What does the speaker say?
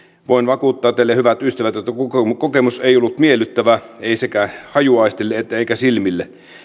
voin vakuuttaa teille hyvät ystävät että kokemus ei ollut miellyttävä ei hajuaistille eikä silmille